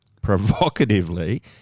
provocatively